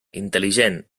intel·ligent